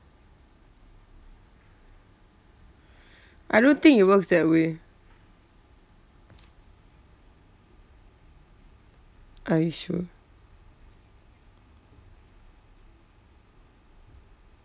I don't think it works that way are you sure